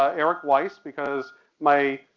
ah erik weisz because my,